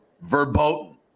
verboten